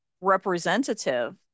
representative